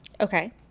Okay